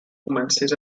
comences